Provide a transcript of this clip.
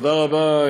תודה רבה,